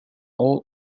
all